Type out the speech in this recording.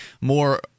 more